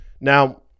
Now